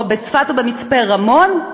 או בצפת או במצפה-רמון,